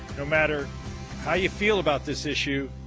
no matter how you feel about this issue,